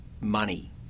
money